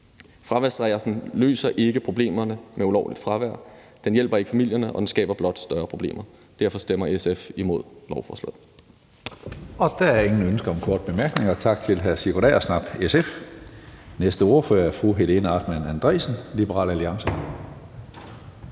Fraværsstraffen løser ikke problemerne med ulovligt fravær, den hjælper ikke familierne, og den skaber blot større problemer. Derfor stemmer SF imod lovforslaget. Kl. 15:13 Tredje næstformand (Karsten Hønge): Der er ingen ønsker om korte bemærkninger. Tak til hr. Sigurd Agersnap, SF. Den næste ordfører er fru Helena Artmann Andresen, Liberal Alliance.